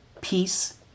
peace